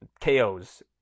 KOs